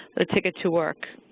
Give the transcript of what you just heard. a ticket to work,